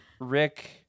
Rick